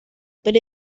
but